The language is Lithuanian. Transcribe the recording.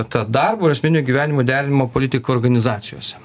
ta darbo ir asmeninio gyvenimo derinimo politika organizacijose